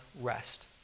rest